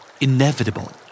Inevitable